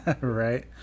Right